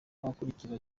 abakurikira